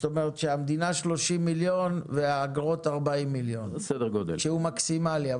זאת אומרת שהמדינה 30,000,000 והאגרות 40,000,000. שהוא מקסימאלי.